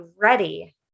ready